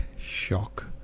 shock